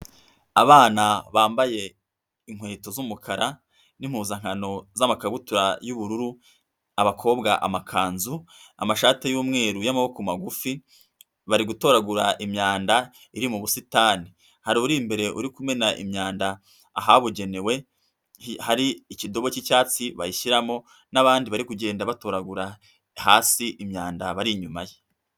Abana bambaye inkweto z'umukara n'impuzankano z'amakabutura y'ubururu, abakobwa amakanzu, amashati y'umweru y'amaboko magufi, bari gutoragura imyanda iri mu busitani. Hari uri imbere uri kumena imyanda ahabugenewe hari ikidobo cy'icyatsi bayishyiramo n'abandi bari kugenda batoragura hasi imyanda bari inyuma ye.